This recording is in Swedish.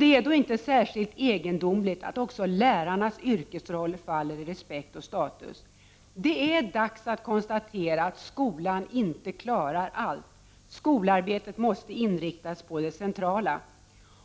Det är då inte särskilt egendomligt att också lärarnas yrkesroll faller i respekt och status. Det är dags att konstatera att skolan inte klarar allt — skolarbetet måste inriktas på det centrala!